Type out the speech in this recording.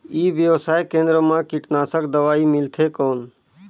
ई व्यवसाय केंद्र मा कीटनाशक दवाई मिलथे कौन?